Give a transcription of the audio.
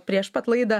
prieš pat laidą